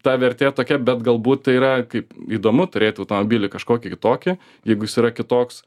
ta vertė tokia bet galbūt tai yra kaip įdomu turėt autombilį kažkokį kitokį jeigu jis yra kitoks